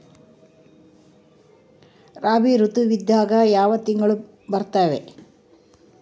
ರಾಬಿ ಋತುವಿನ್ಯಾಗ ಯಾವ ತಿಂಗಳು ಬರ್ತಾವೆ?